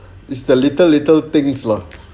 it's the little little things lah